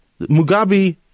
Mugabe